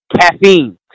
Caffeine